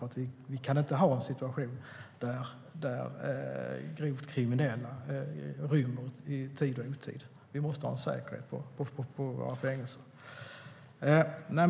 Vi kan inte ha en situation där grovt kriminella rymmer i tid och otid. Vi måste ha säkerhet på våra fängelser.